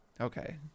Okay